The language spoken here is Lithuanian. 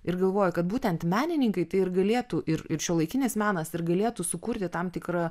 ir galvoju kad būtent menininkai tai ir galėtų ir ir šiuolaikinis menas ir galėtų sukurti tam tikrą